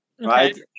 Right